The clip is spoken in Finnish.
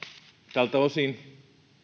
tältä osin